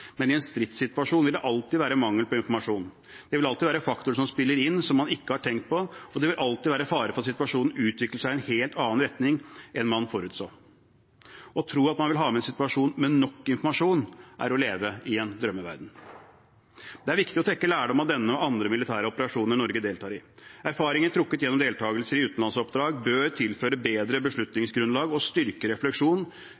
Men i en stridssituasjon vil det alltid være mangel på informasjon. Det vil alltid være faktorer som spiller inn, som man ikke har tenkt på, og det vil alltid være fare for at situasjonen utvikler seg i en helt annen retning enn man forutså. Å tro at man vil ha en situasjon med nok informasjon, er å leve i en drømmeverden. Det er viktig å trekke lærdom av denne og andre militære operasjoner Norge deltar i. Erfaringer trukket gjennom deltakelser i utenlandsoppdrag bør tilføre bedre